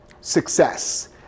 Success